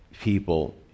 people